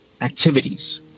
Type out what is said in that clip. activities